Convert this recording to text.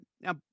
Now